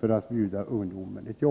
för att bjuda ungdomarna jobb.